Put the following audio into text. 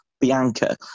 Bianca